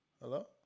Hello